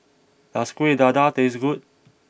does Kueh Dadar taste good